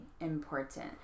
important